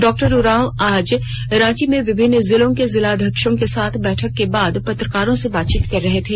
doctor Oraon आज रांची में विभिन्न जिलों के जिलाध्यक्षों के साथ बैठक के बाद पत्रकारों से बातचीत कर रहे थे